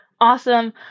Awesome